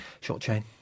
Short-chain